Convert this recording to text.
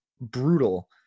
brutal